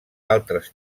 altres